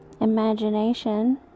Imagination